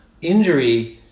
injury